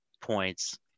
points